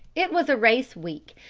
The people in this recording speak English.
it was a race week,